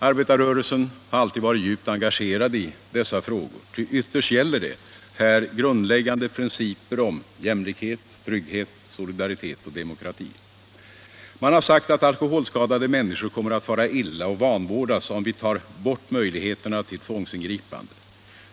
Arbetarrörelsen har alltid varit djupt engagerad i dessa frågor, ty ytterst gäller det här grundläggande principer om jämlikhet, trygghet, solidaritet och demokrati. Man har sagt att alkoholskadade människor kommer att fara illa och vanvårdas om vi tar bort möjligheterna till tvångsingripande.